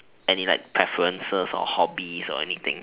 any like preferences or hobbies or anything